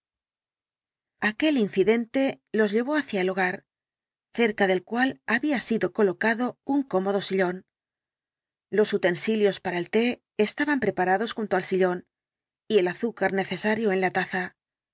aquel incidente los llevó hacia el hogar cerca del cual había sido colocado un cómodo sillón los utensilios para el te estaban preparados junto al sillón y el azúcar necesario en la taza